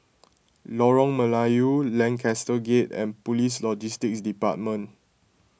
Lorong Melayu Lancaster Gate and Police Logistics Department